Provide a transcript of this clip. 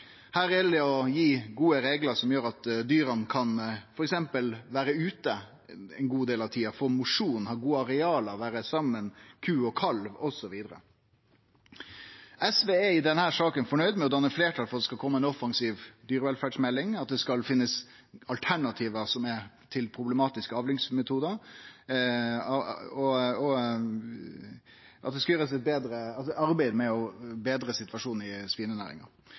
det å gi gode reglar som gjer at dyra f.eks. kan vere ute ein god del av tida, få mosjon, ha gode areal, vere saman ku og kalv, osv. SV er i denne saka fornøgd med å danne fleirtal for at det skal kome ei offensiv dyrevelferdsmelding, at det skal finnast alternativ til problematiske avlingsmetodar, og at det skal gjerast eit arbeid med å betre situasjonen i svinenæringa.